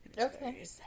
Okay